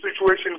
situation